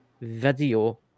video